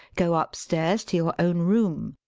go upstairs to your own room.